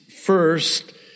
first